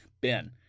Ben